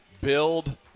Build